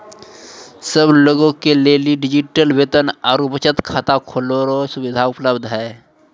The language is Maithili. सब लोगे के लेली डिजिटल वेतन आरू बचत खाता खोलै रो सुविधा उपलब्ध छै